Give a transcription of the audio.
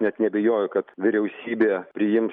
net neabejoju kad vyriausybė priims